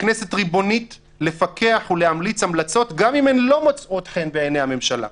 הכנסת ריבונית לפקח ולהמליץ המלצות גם אם הן לא מוצאות חן בעיני הממשלה.